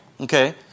Okay